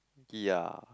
ya